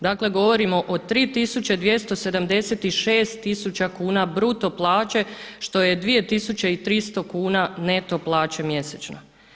Dakle govorimo o 3276 tisuća kuna bruto plaće, što je 2300 kuna neto plaće mjesečno.